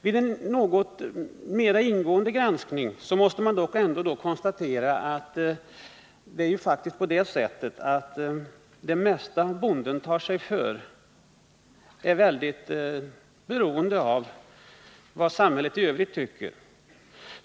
Vid en något mera ingående granskning måste man ändock konstatera att det mesta bonden tar sig före är väldigt beroende av vad samhället i övrigt gör.